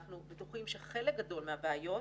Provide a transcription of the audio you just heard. אנחנו בטוחים שחלק גדול מהבעיות